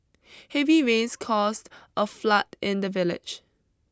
heavy rains caused a flood in the village